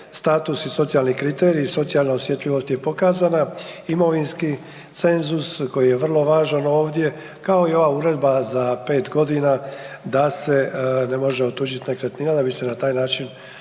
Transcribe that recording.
status i socijalni kriteriji, socijalna osjetljivost je pokazana, imovinski cenzus koji je vrlo važan ovdje, kao i ova uredba za 5 godina, da se ne može otuđiti nekretnina, da bi se na taj način